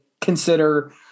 consider